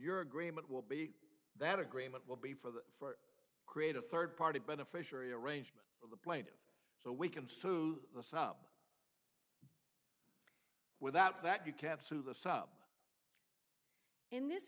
your agreement will be that agreement will be for the for create a third party beneficiary arrangement for the plane so we can sue the sub without that you kept to the sub in this